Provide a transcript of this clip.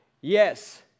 Yes